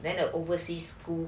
then the overseas school